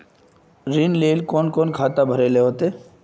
ऋण लेल कोन कोन खाता भरेले होते?